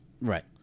Right